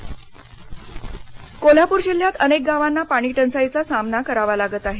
कोल्हापूर पाणीः कोल्हापूर जिल्हयात अनेक गावांना पाणी टंचाईचा सामाना करावा लागत आहे